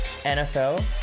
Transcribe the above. NFL